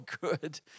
good